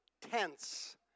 tense